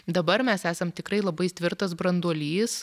dabar mes esam tikrai labai tvirtas branduolys